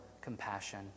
compassion